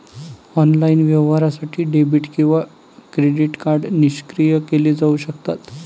online व्यवहारासाठी debit किंवा credit card निष्क्रिय केले जाऊ शकतात